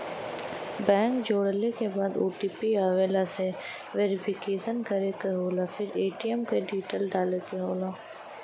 bank जोड़ले के बाद ओ.टी.पी आवेला से वेरिफिकेशन करे क होला फिर ए.टी.एम क डिटेल डाले क होला